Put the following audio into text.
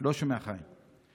לא שומע, חיים.